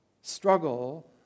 struggle